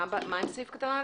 מה עם סעיף קטן (א)?